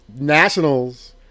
Nationals